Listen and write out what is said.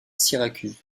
syracuse